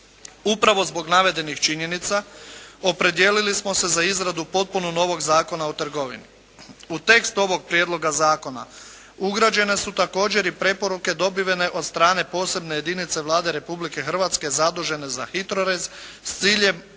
Upravo zbog navedenih činjenica opredijelili smo se za izradu potpuno novog Zakona o trgovini. U tekst ovog prijedloga zakona ugrađene su također i preporuke dobivene od strane posebne jedinice Vlade Republike Hrvatske zadužene za HITRORez s ciljem